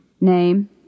Name